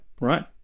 right